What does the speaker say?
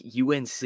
UNC